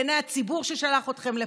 בעיני הציבור ששלח אתכם לפה,